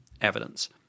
evidence